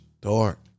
dark